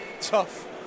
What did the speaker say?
tough